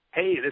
Hey